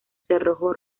cerrojo